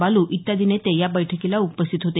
बालू इत्यादी नेते या बैठकीला उपस्थित होते